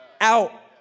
out